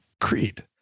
Creed